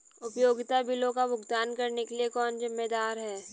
उपयोगिता बिलों का भुगतान करने के लिए कौन जिम्मेदार है?